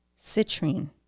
citrine